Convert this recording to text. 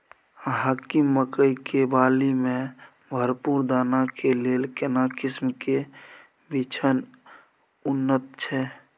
हाकीम मकई के बाली में भरपूर दाना के लेल केना किस्म के बिछन उन्नत छैय?